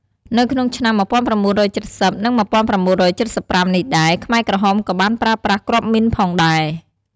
នៅក្នុងឆ្នាំ ១៩៧០ និង ១៩៧៥ នេះដែរ ខ្មែរក្រហមក៏បានប្រើប្រាស់គ្រាប់មីនផងដែរ។